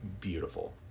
beautiful